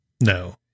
No